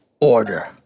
order